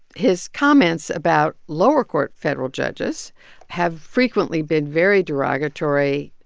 his comments about lower court federal judges have frequently been very derogatory,